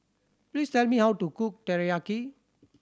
please tell me how to cook Teriyaki